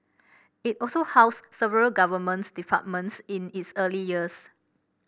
it also housed several Government departments in its early years